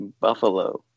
Buffalo